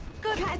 good